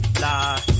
la